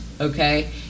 okay